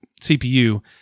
CPU